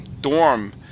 dorm